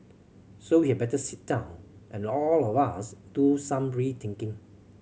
so we had better sit down and all of us do some rethinking